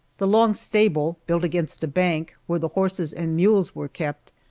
the long stable, built against a bank, where the horses and mules were kept,